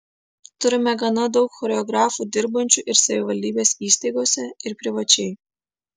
turime gana daug choreografų dirbančių ir savivaldybės įstaigose ir privačiai